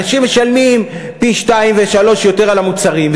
אנשים משלמים פי שניים ושלושה על המוצרים,